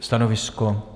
Stanovisko?